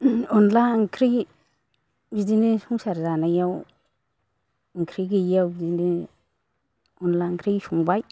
अनद्ला ओंख्रि बिदिनो संसार जानायाव ओंख्रि गैयियाव बिदिनो अनद्ला ओंख्रि संबाय